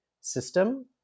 system